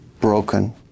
broken